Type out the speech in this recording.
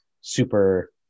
super